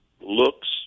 looks